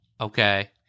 Okay